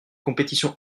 compétition